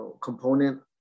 component